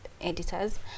editors